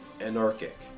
anarchic